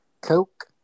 Coke